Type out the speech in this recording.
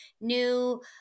new